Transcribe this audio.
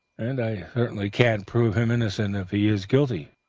and i certainly can't prove him innocent if he is guilty.